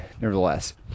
nevertheless